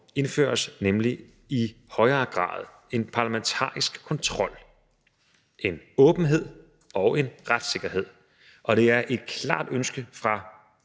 indføres nemlig i højere grad en parlamentarisk kontrol, en åbenhed og en retssikkerhed. Det er et klart ønske fra